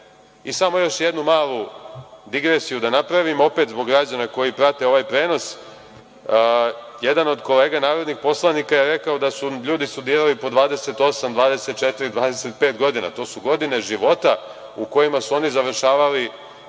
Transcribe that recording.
ne. Samo još jednu malu digresiju da napravim, a opet zbog građana koji prate ovaj prenos. Jedan od kolega narodnih poslanika je rekao da su ljudi studirali po 28, 24, 25 godina. To su godine života u kojima su oni završavali